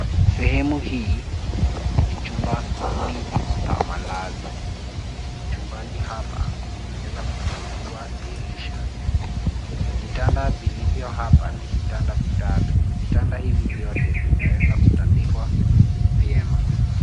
Sehemu hii ni chumbani pa malazi. Chumbani hapa pameweza kufunguliwa dirisha. Vitanda vilivyo hapa ni vitanda vitatu. Vitanda hivi vyote vimeweza kutandikwa vyema.